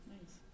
Nice